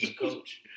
coach